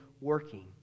working